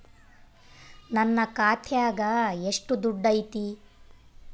ನನ್ನ ಖಾತ್ಯಾಗ ಎಷ್ಟು ದುಡ್ಡು ಐತಿ?